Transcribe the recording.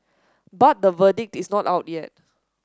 but the verdict is not out yet